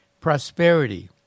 prosperity